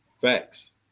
Facts